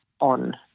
On